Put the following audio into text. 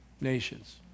nations